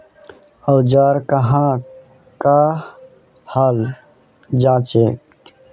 औजार कहाँ का हाल जांचें?